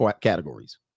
categories